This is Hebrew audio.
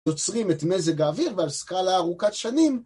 ‫יוצרים את מזג האוויר ‫על סקאלה ארוכת שנים.